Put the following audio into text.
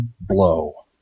blow